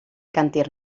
càntir